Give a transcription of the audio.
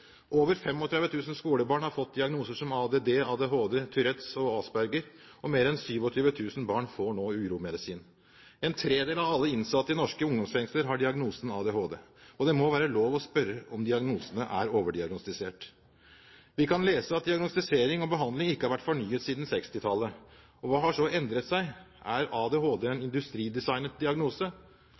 Over 35 000 skolebarn har fått diagnoser som ADD, ADHD, Tourettes og Asberger, og mer enn 27 000 barn får nå uromedisin. En tredel av alle innsatte i norske ungdomsfengsler har diagnosen ADHD, og det må være lov å spørre om diagnosene er overdiagnostisert. Vi kan lese at diagnostisering og behandling ikke har vært fornyet siden 1960-tallet. Hva har så endret seg? Er ADHD en industridesignet diagnose?